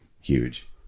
huge